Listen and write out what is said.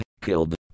killed